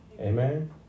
Amen